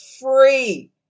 free